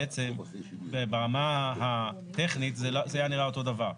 בעצם, ברמה הטכנית, זה היה נראה אותו דבר.